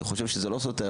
אני חושב שזה לא סותר,